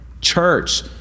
Church